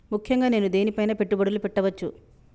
ముఖ్యంగా నేను దేని పైనా పెట్టుబడులు పెట్టవచ్చు?